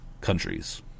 countries